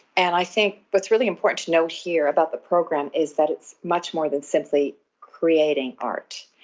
and i think what's really important to note here about the program is that it's much more than simply creating art.